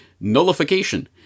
nullification